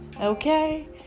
okay